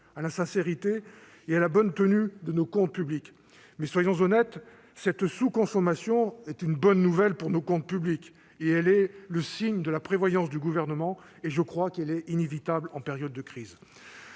à la sincérité et à la bonne tenue de nos comptes publics. Mais soyons honnêtes, cette sous-consommation est une bonne nouvelle pour nos comptes publics. Elle est le signe de la prévoyance du Gouvernement, et je la crois inévitable en période de crise.